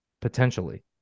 potentially